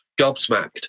gobsmacked